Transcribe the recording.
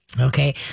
Okay